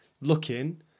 looking